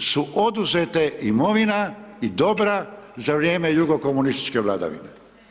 su oduzete imovina i dobra za vrijeme jugokomunističke vladavine.